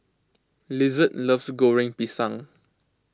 Lizette loves Goreng Pisang